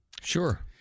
Sure